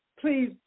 Please